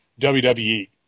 WWE